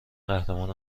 قهرمان